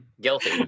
guilty